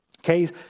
Okay